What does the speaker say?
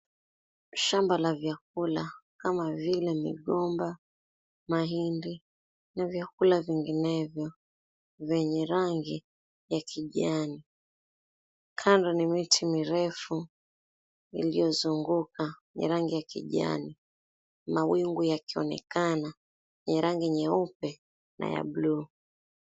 Shamba la vyakula kama vile migomba, mahindi na vyakula vinginevyo, vyenye rangi ya kijani. Kando ni miti mirefu iliyozunguka ya rangi ya kijani. Mawingu yakionekana ya rangi nyeupe na ya bluu.